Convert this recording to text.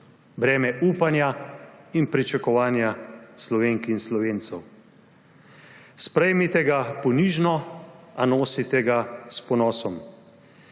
breme upanja in pričakovanja Slovenk in Slovencev. Sprejmite ga ponižno, a nosite ga s ponosom.